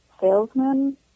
Salesman